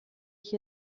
ich